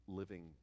living